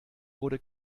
wurde